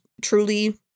truly